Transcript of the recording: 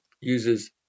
uses